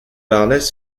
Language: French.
barnes